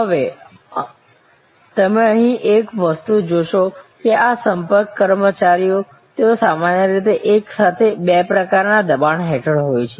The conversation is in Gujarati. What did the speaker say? હવે તમે અહીં એક વસ્તુ જોશો કે આ સંપર્ક કર્મચારીઓ તેઓ સામાન્ય રીતે એક સાથે બે પ્રકારના દબાણ હેઠળ હોય છે